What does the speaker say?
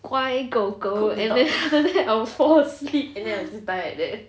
乖狗狗 and then I will fall asleep and then I'll just die like that